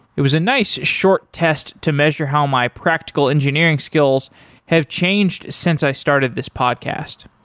it was a nice short test to measure how my practical engineering skills have changed since i started this podcast.